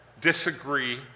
disagree